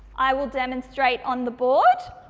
i will demonstrate on the board,